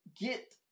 get